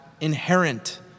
inherent